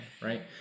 right